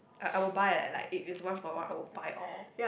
I I will buy like if it is one for one I will buy all